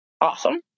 awesome